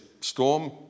storm